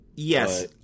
Yes